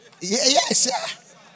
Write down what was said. Yes